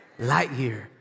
Lightyear